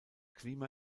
klima